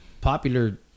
popular